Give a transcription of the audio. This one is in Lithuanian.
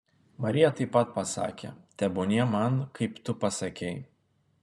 marija taip pat pasakė tebūnie man kaip tu pasakei